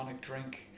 drink